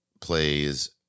plays